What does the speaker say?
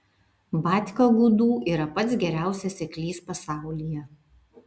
batka gudų yra pats geriausias seklys pasaulyje